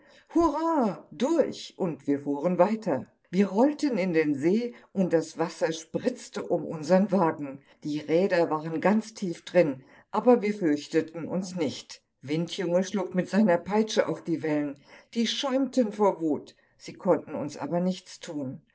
hurra durch und wir fuhren weiter wir rollten in den see und das wasser spritzte um unsern wagen die räder waren ganz tief drin aber wir fürchteten uns nicht windjunge schlug mit seiner peitsche auf die wellen die schäumten vor wut sie konnten uns aber nichts tun